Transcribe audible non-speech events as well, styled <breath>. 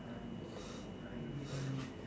<breath>